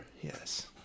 Yes